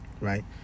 right